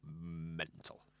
mental